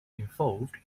involved